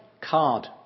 card